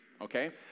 okay